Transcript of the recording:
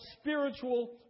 spiritual